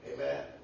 Amen